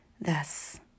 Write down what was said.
Thus